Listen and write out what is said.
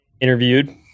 Interviewed